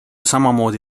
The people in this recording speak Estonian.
samamoodi